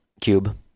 Cube